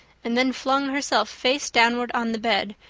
and then flung herself face downward on the bed,